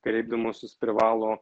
kreipdamosis privalo